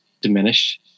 diminish